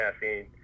caffeine